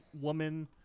woman